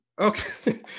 okay